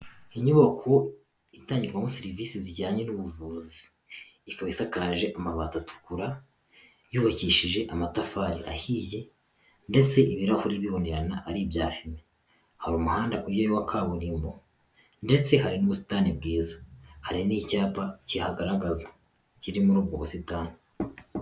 Inyubako itangirwamo serivise zijyanye n'ubuvuzi, ikaba isakaje amabati atukura, yubakishije amatafari ahiye ndetse ibirahuri bibonerana ari ibya fime. Hari umuhanda ugiyeyo wa kaburimbo ndetse hari n'ubusitani bwiza, hari n'icyapa kihagaragaza kiri muri ubwo busitani.